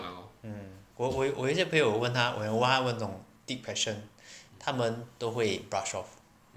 mm 我我我有一些朋友我问他我有问他这种 deep question 他们都会 brush off